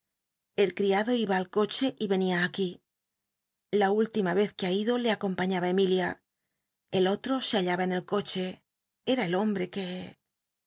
el criado iba al coche y enia aqu í la última yen que ha ido le acompañaba emilia el ofro se hallaba en el coche eta el hombre que